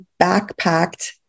backpacked